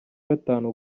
gatanu